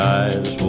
eyes